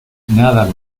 nada